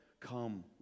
come